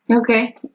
Okay